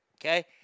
Okay